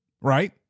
right